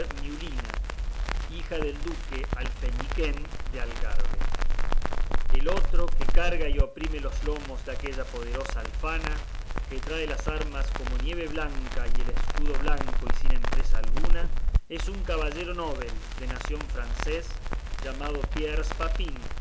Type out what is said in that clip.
miulina hija del duque alfeñiquén del algarbe el otro que carga y oprime los lomos de aquella poderosa alfana que trae las armas como nieve blancas y el escudo blanco y sin empresa alguna es un caballero novel de nación francés llamado pierres papín